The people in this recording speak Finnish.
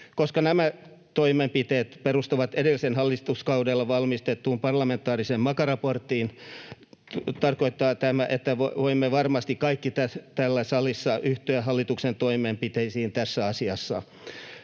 Koska nämä toimenpiteet perustuvat edellisellä hallituskaudella valmisteltuun parlamentaariseen MAKA-raporttiin, tarkoittaa tämä, että voimme varmasti kaikki täällä salissa yhtyä hallituksen toimenpiteisiin tässä asiassa.